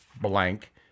blank